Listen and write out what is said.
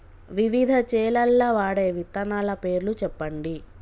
వివిధ చేలల్ల వాడే విత్తనాల పేర్లు చెప్పండి?